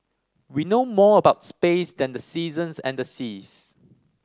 we know more about space than the seasons and the seas